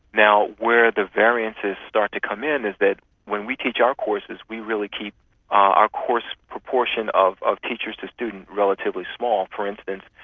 where the variances start to come in is that when we teach our courses we really keep our course proportion of of teachers to student relatively small. for instance,